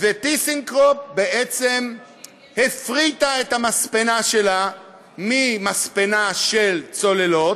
ו"טיסנקרופ" בעצם הפריטה את המספנה שלה ממספנה של צוללות,